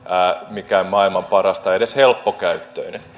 mikään maailman paras tai edes helppokäyttöinen